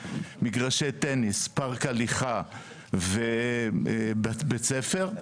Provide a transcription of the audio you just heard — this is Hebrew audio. מגרשי טניס ובית ספר,